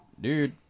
dude